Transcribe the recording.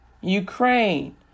Ukraine